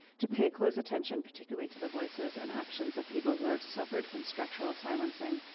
to pay close attention particularly to the voices and actions of people who have suffered from structural silencing,